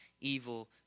evil